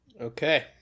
okay